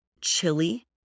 chili